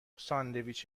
ساندویچ